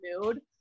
mood